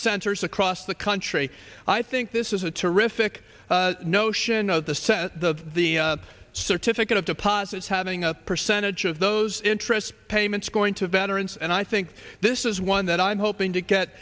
ers across the country i think this is a terrific notion of the set to the certificate of deposits having a percentage of those interest payments going to veterans and i think this is one that i'm hoping to get